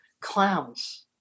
Clowns